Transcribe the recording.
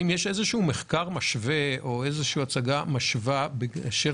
האם יש איזה מחקר משווה או איזו הצגה משווה באשר